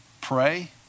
pray